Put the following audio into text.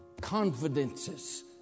confidences